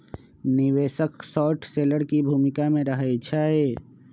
निवेशक short seller की भूमिका में रहइ छै